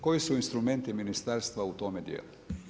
Koji su instrumenti ministarstva u tome dijelu?